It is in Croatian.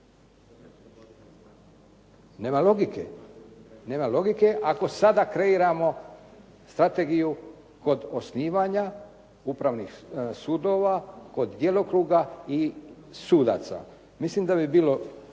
imenovanje. Nema logike. Ako sada kreiramo strategiju kod osnivanja upravnih sudova, kod djelokruga i sudaca. Mislim da bi bilo